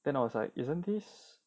then I was like isn't this